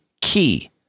key